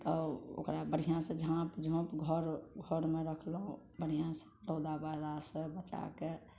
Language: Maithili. तब ओकरा बढ़िआँ से झाँप झूप घर घरमे रखलहुँ बढ़िआँ से रौदा पाला से बचाके